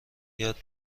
یاد